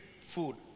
food